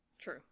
True